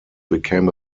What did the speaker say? became